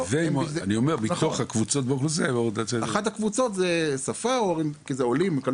אחת הקבוצות היא שפה כי הם עולים ואלו